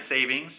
savings